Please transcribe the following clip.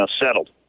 settled